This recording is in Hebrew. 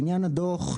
בעניין הדוח,